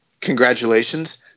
Congratulations